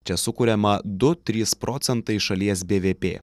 čia sukuriama du trys procentai šalies bvp